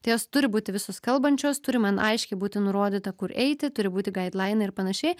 tai jos turi būti visos kalbančios turi man aiškiai būti nurodyta kur eiti turi būti gaidlainai ir panašiai